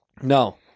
No